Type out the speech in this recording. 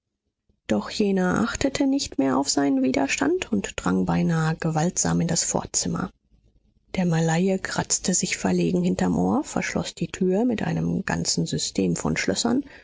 doch jener achtete nicht mehr auf seinen widerstand und drang beinahe gewaltsam in das vorzimmer der malaie kratzte sich verlegen hinterm ohr verschloß die tür mit einem ganzen system von schlössern